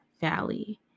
valley